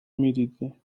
میدیدم